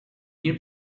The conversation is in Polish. nie